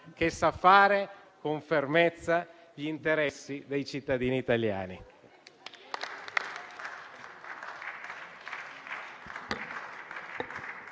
e sa fare con fermezza gli interessi dei cittadini italiani.